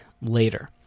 later